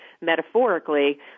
metaphorically